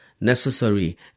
necessary